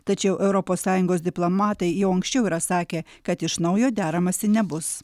tačiau europos sąjungos diplomatai jau anksčiau yra sakę kad iš naujo deramasi nebus